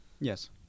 Yes